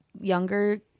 younger